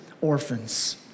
orphans